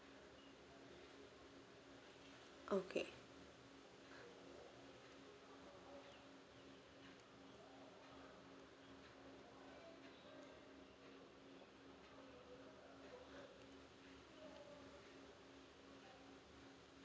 okay